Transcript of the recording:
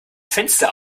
fenster